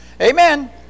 Amen